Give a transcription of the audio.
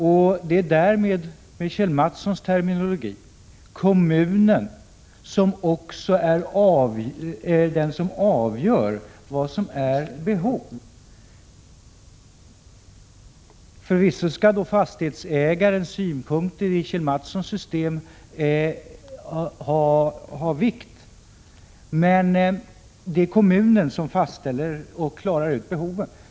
Därmed är det med Kjell Mattssons terminologi kommunen som avgör vad som är behov. Fastighetsägarens synpunkter skall förvisso vara av vikt i Kjell Mattssons system, men det är kommunen som fastställer och reder ut behoven.